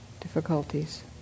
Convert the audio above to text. difficulties